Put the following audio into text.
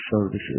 services